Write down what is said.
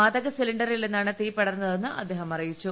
വാതക സിലിണ്ടറിൽ നിന്നാണ് തീ പടർന്നതെന്ന് അദ്ദേഹം അറിയിച്ചു